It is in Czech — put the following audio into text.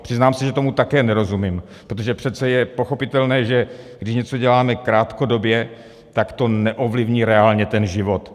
Přiznám se, že tomu také nerozumím, protože přece je pochopitelné, že když něco děláme krátkodobě, tak to neovlivní reálně ten život.